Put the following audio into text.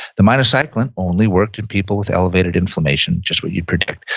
the minocycline only worked in people with elevated inflammation, just what you'd predict,